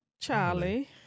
Charlie